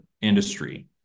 industry